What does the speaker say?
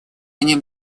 они